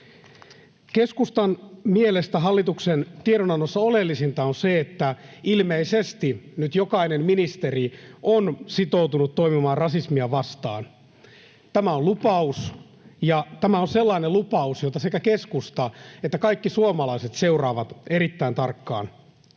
Keskustan mielestä hallituksen tiedonannossa oleellisinta on se, että ilmeisesti nyt jokainen ministeri on sitoutunut toimimaan rasismia vastaan. Tämä on lupaus, ja tämä on sellainen lupaus, jota sekä keskusta että kaikki suomalaiset seuraavat erittäin tarkkaan.